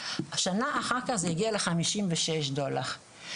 השנה אחר כך זה הגיע לחמישים ושש דולר.